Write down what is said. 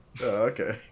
okay